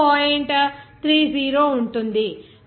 30 ఉంటుంది